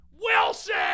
Wilson